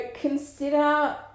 consider